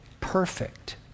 Perfect